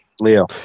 Leo